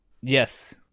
Yes